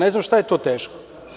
Ne znam šta je tu teško.